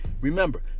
remember